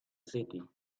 city